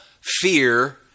fear